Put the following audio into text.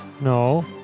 No